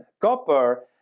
copper